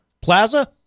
Plaza